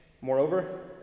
Moreover